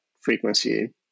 frequency